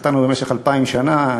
התחתנו במשך אלפיים שנה,